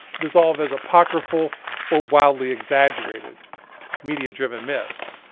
dissolve as apocryphal or wildly exaggerated media driven myths.